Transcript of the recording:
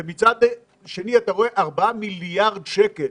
ומצד שני אתה רואה ארבעה מיליארד שקל